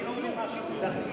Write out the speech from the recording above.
אני לא מבין מה, אתה מדבר